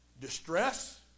distress